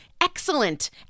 excellent